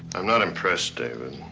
i'm not impressed, david.